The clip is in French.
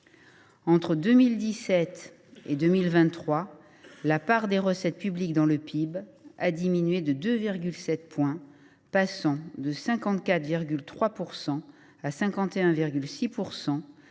Entre 2017 et 2023, la part des recettes publiques dans le PIB a diminué de 2,7 points, passant de 54,3 % à 51,6